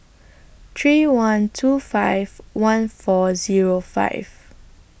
three one two five one four Zero five